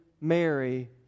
Mary